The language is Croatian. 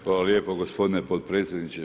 Hvala lijepo gospodine potpredsjedniče.